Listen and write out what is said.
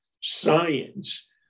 science